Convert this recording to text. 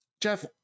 Jeff